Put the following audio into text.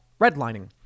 redlining